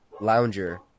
lounger